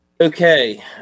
Okay